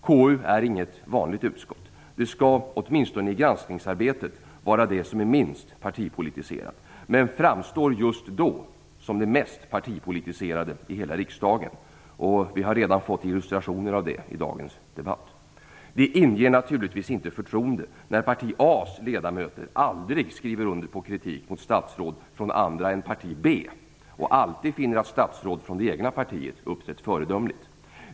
KU är inget vanligt utskott. Det skall, åtminstone i granskningsarbetet, vara det utskott som är minst partipolitiserat, men det framstår just i samband med granskningsarbetet som det mest partipolitiserade i hela riksdagen. Vi har redan fått illustrationer av detta i dagens debatt. Det inger naturligtvis inte förtroende när parti A:s ledamöter aldrig skriver under på kritik mot statsråd från andra partier än parti B och alltid finner att statsråd från det egna partiet uppträtt föredömligt.